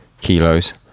kilos